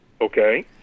Okay